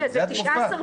כן, זו התקופה.